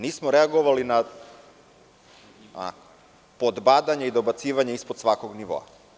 Nismo reagovali na podbadanje i dobacivanje ispod svakog nivoa.